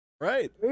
Right